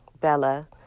Bella